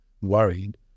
worried